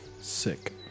Sick